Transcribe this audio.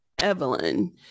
Evelyn